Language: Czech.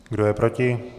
Kdo je proti?